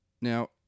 Now